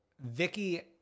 Vicky